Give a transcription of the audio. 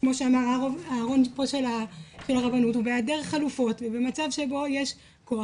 כמו שאמר הרב פה ובהעדר חלופות ובמצב שבו יש כוח,